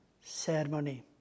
Ceremony